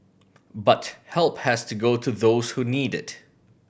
but help has to go to those who need it